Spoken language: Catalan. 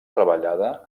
treballada